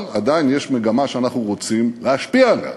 אבל עדיין יש מגמה שאנחנו רוצים להשפיע עליה.